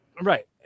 Right